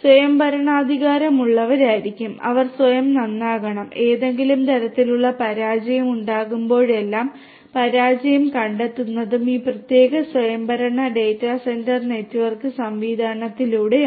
സ്വയംഭരണാധികാരമുള്ളവരായിരിക്കണം അവർ സ്വയം നന്നാക്കണം ഏതെങ്കിലും തരത്തിലുള്ള പരാജയം ഉണ്ടാകുമ്പോഴെല്ലാം പരാജയം കണ്ടെത്തുന്നതും ഈ പ്രത്യേക സ്വയംഭരണ ഡാറ്റാ സെന്റർ നെറ്റ്വർക്ക് സംവിധാനത്തിലൂടെയാണ്